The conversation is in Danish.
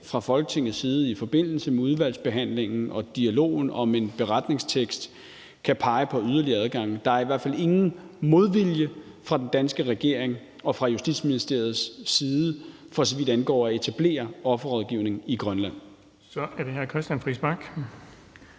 fra Folketingets side i forbindelse med udvalgsbehandlingen og dialogen om en beretningstekst kan pege på yderligere adgange. Der er i hvert fald ingen modvilje fra den danske regerings og Justitsministeriets side, for så vidt angår at etablere offerrådgivning i Grønland.